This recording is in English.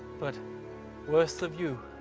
but worth the view.